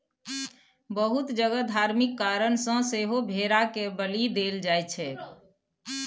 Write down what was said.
बहुत जगह धार्मिक कारण सँ सेहो भेड़ा केर बलि देल जाइ छै